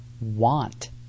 want